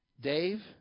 Dave